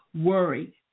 worry